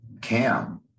Cam